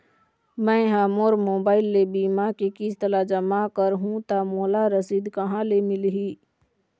मैं हा मोर मोबाइल ले बीमा के किस्त ला जमा कर हु ता मोला रसीद कहां ले मिल ही?